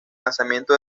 lanzamiento